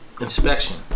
Inspection